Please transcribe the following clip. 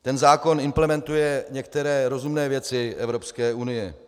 Ten zákon implementuje některé rozumné věci Evropské unie.